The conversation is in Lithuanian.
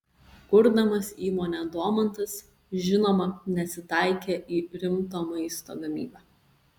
kurdamas įmonę domantas žinoma nesitaikė į rimto maisto gamybą